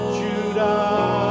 judah